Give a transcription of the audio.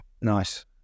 Nice